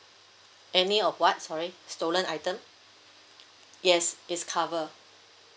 any of what sorry stolen item yes it's cover